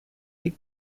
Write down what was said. the